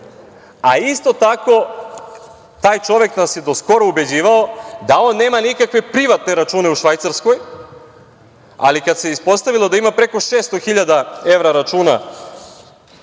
a isto tako taj čovek nas je do skora ubeđivao da on nema nikakve privatne račune u Švajcarskoj, ali kada se ispostavilo da ima preko 600.000 evra računa